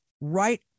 right